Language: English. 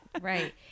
Right